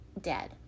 dead